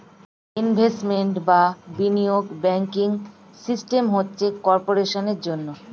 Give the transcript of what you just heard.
investment বা বিনিয়োগ banking system হচ্ছে কর্পোরেশনের জন্যে